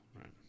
right